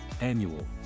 Annual